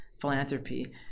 philanthropy